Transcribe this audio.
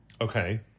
Okay